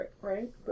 right